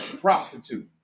prostitute